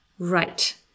Right